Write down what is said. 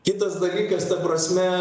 kitas dalykas ta prasme